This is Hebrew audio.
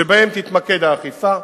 ובהן תתמקד האכיפה.